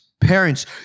Parents